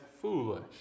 foolish